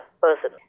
person